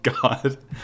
god